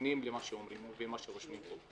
ומתכוונים למה שרושמים פה.